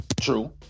True